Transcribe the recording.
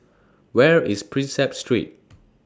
Where IS Prinsep Street